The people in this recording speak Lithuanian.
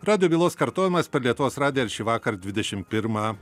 radiobylos kartojimas per lietuvos radiją šįvakar dvidešim pirmą